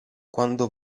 quando